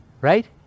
Right